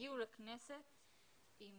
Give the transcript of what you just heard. הגיעו לכנסת עם